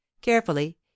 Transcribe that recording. carefully